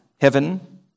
heaven